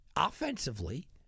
Offensively